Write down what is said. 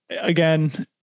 again